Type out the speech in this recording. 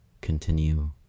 continue